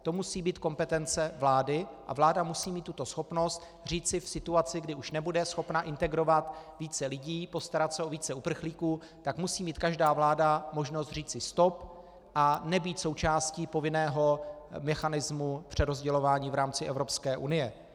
To musí být kompetence vlády a vláda musí mít tuto schopnost říci v situaci, kdy už nebude schopna integrovat více lidí, postarat se o více uprchlíků, tak musí mít každá vláda možnost říci stop a nebýt součástí povinného mechanismu přerozdělování v rámci Evropské unie.